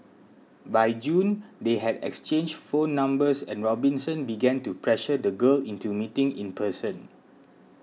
by June they had exchanged phone numbers and Robinson began to pressure the girl into meeting in person